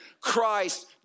Christ